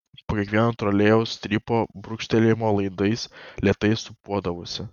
po kiekvieno trolėjaus strypo brūkštelėjimo laidas lėtai sūpuodavosi